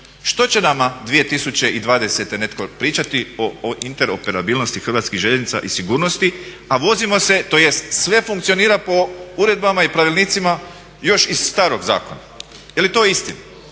Što će nama 2020. netko pričati o interoperabilnosti Hrvatskih željeznica i sigurnosti a vozimo se, tj. sve funkcionira po uredbama i pravilnicima još iz starog zakona. Je li to istina?